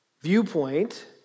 viewpoint